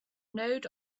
node